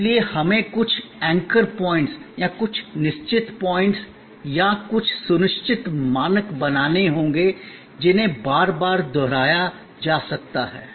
इसलिए हमें कुछ एंकर पॉइंट्स या कुछ निश्चित पॉइंट्स या कुछ सुनिश्चित मानक बनाने होंगे जिन्हें बार बार दोहराया जा सकता है